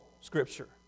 Scripture